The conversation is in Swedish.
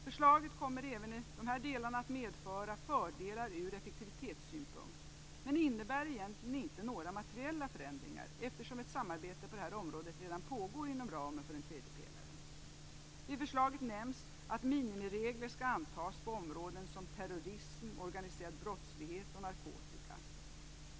Förslaget kommer även i de här delarna att medföra fördelar ur effektivitetssynpunkt men innebär egentligen inte några materiella förändringar, eftersom ett samarbete på det här områden redan pågår inom ramen för den tredje pelaren. I förslaget nämns att minimiregler skall antas på områden som terrorism, organiserad brottslighet och narkotika.